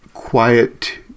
quiet